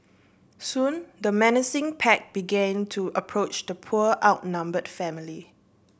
soon the menacing pack began to approach the poor outnumbered family